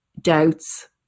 doubts